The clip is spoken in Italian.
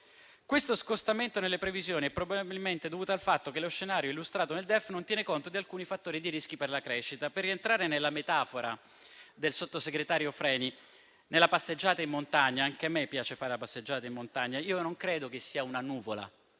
Questo scostamento nelle previsioni è probabilmente dovuto al fatto che lo scenario illustrato nel DEF non tiene conto di alcuni fattori di rischio per la crescita. Per rientrare nella metafora del sottosegretario Freni, anche a me piace fare la passeggiata in montagna, io non credo che sia una nuvola